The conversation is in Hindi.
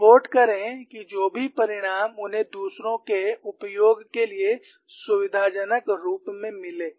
रिपोर्ट करें कि जो भी परिणाम उन्हें दूसरों के उपयोग के लिए सुविधाजनक रूप में मिले